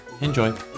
Enjoy